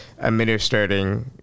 administering